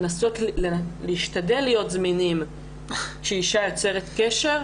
להשתדל להיות זמינים כשאשה יוצרת קשר.